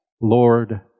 Lord